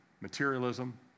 Materialism